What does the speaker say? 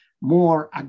more